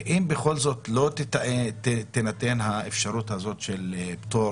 ואם בכל זאת לא תינתן האפשרות של פטור